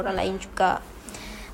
mm mm mm mm